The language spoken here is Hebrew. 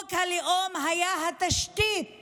חוק הלאום היה התשתית